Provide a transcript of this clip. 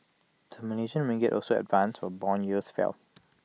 the Malaysian ringgit also advanced while Bond yields fell